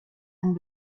and